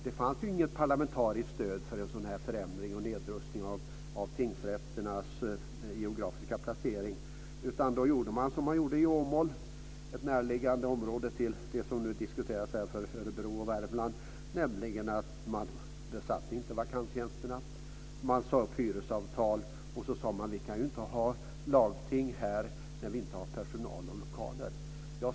Det fanns inget parlamentariskt stöd för en förändring och nedrustning av tingsrätternas geografiska placering. Då gjorde man som i Åmål, ett näraliggande område till det som nu diskuteras, dvs. Örebro och Värmland, nämligen att vakanta tjänster inte besattes, hyresavtal sades upp. Sedan sade man att det inte går att ha ett lagting utan personal och lokaler.